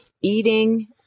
eating